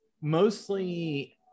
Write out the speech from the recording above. mostly